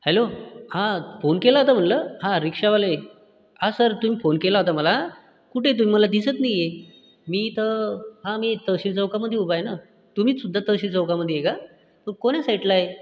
hello हा phone केला होता म्हटलं हा रिक्शावाले हा सर तुम्ही फोन केला होता मला कुठे आहे तुम्ही मला दिसत नाही आहे मी इथं हा मी तहसील चौकामध्ये उभा आहे ना तुम्हीचसुद्धा तहसील चौकामध्ये आहे का पण कोण्या साइटला आहे